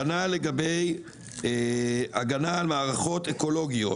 כנ"ל לגבי הגנה על מערכות אקולוגיות.